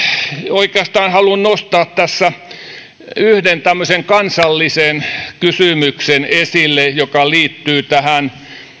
oikeastaan haluan nostaa tässä yhden tämmöisen kansallisen kysymyksen esille joka liittyy tähän